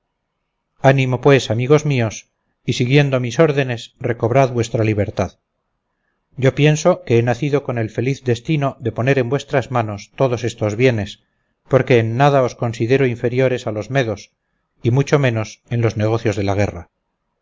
animo pues amigos míos y siguiendo mis órdenes recobrad vuestra libertad yo pienso que he nacido con el feliz destino de poner en vuestras manos todos estos bienes porque en nada os considero inferiores a los medos y mucho menos en los negocios de la guerra